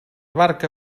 barca